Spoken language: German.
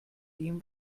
dem